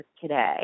today